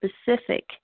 specific